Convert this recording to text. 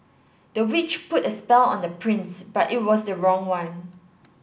the witch put a spell on the prince but it was the wrong one